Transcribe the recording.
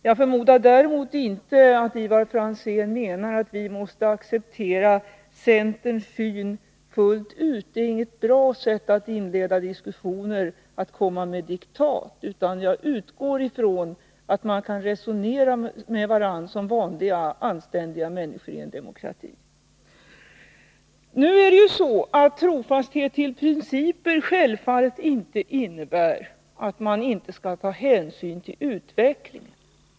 Jag förmodar däremot att Ivar Franzén inte menar att vi måste acceptera centerns syn fullt ut. Det är inget bra sätt att inleda diskussioner att komma med diktat, utan jag utgår från att man kan resonera med varandra som vanliga anständiga människor i en demokrati. Trofastheten mot principer innebär självfallet inte att man inte skall ta hänsyn till utvecklingen.